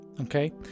okay